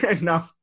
No